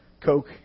Coke